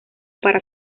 para